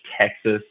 Texas